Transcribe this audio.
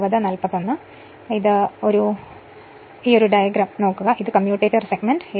ഇത് യഥാർത്ഥത്തിൽ ഒരു തരം ഡയഗ്രം ആണ് ഇതാണ് കമ്മ്യൂട്ടേറ്റർ സെഗ്മെന്റ്